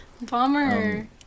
Bummer